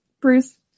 Bruce